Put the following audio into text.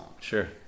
Sure